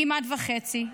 כמעט וחצי.